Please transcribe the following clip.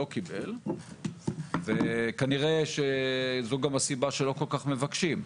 לא קיבל וכנראה שזו גם הסיבה שלא כל כך מבקשים,